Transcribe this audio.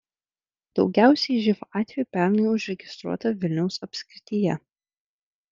daugiausiai živ atvejų pernai užregistruota vilniaus apskrityje